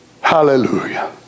hallelujah